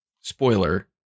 spoiler